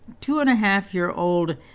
two-and-a-half-year-old